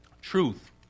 Truth